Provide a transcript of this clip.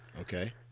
Okay